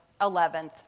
11th